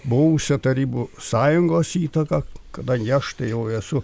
buvusią tarybų sąjungos įtaka kadangi aš tai jau esu